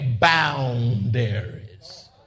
boundaries